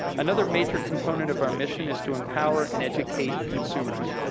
another major component of our mission is to empower and educate consumers,